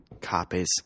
copies